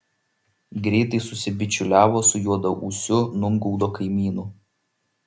greitai susibičiuliavo su juodaūsiu numgaudo kaimynu